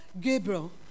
Gabriel